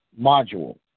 module